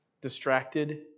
distracted